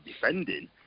defending